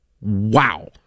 Wow